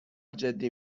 جدی